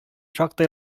шактый